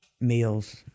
meals